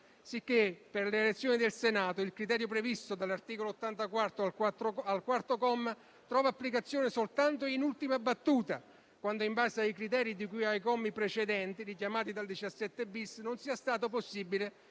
sicché per l'elezione del Senato il criterio previsto dal comma 4 di tale articolo trova applicazione soltanto in ultima battuta, quando in base ai criteri di cui ai commi precedenti, richiamati dall'articolo 17-*bis*, non sia stato possibile